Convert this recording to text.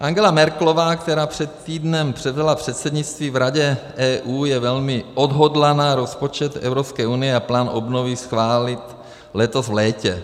Angela Merkelová, která před týdnem předala předsednictví v Radě EU, je velmi odhodlaná rozpočet EU a plán obnovy schválit letos v létě.